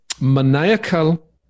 maniacal